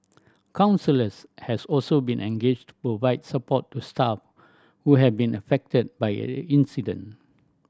counsellors has also been engaged provide support to staff who have been affected by incident